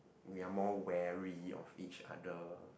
we are more wary of each other